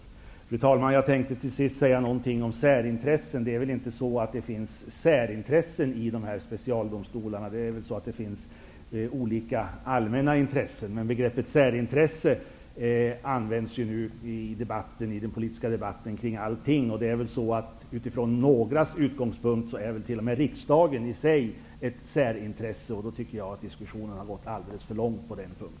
Fru talman! Jag tänkte till sist säga något om särintressen. Det finns inte några särintressen i dessa specialdomstolar. Det finns olika allmänna intressen. Men begreppet särintresse används i den politiska debatten om allting. Utifrån någras utgångspunkt är t.o.m. riksdagen i sig ett särintresse. Då tycker jag att diskussionen har gått alldeles för långt.